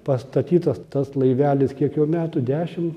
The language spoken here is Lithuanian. pastatytas tas laivelis kiek jau metų dešim